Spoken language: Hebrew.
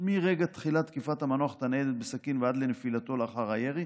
מרגע תחילת תקיפת המנוח את הניידת בסכין ועד לנפילתו לאחר הירי